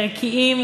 ערכיים,